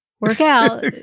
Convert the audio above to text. Workout